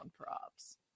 props